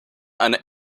eine